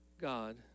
God